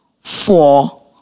four